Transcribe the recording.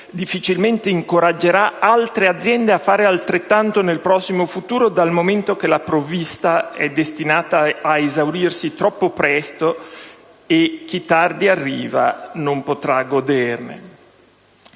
con la senatrice Blundo - a fare altrettanto nel prossimo futuro, dal momento che la provvista è destinata a esaurirsi troppo presto e chi tardi arriverà non potrà goderne).